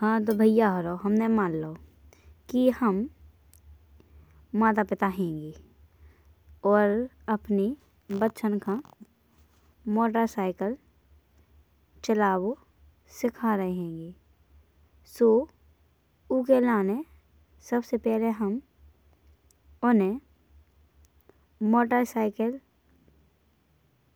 हाँ तो भाइयाँहारो हामने मान लाओ कि हाम माता पिता हेंगें। और अपने बचपन खा मोटरसाइकिल चलाबो सिखा रहे हेंगें। सो ऊके लाने सबसे पहिले हाम उने मोटरसाइकिल